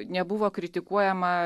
nebuvo kritikuojama